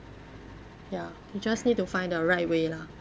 ya you just need to find the right way lah